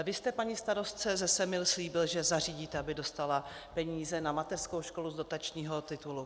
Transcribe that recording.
Vy jste paní starostce ze Semil slíbil, že zařídíte, aby dostala peníze na mateřskou školu z dotačního titulu.